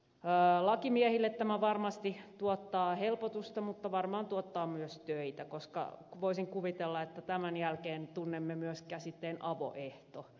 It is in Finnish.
lakimiehille tämä varmasti tuottaa helpotusta mutta varmaan tuottaa myös töitä koska voisin kuvitella että tämän jälkeen tunnemme myös käsitteen avoehto